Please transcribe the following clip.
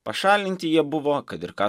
pašalinti jie buvo kad ir ką